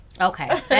Okay